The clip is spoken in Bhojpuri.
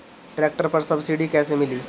ट्रैक्टर पर सब्सिडी कैसे मिली?